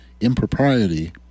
impropriety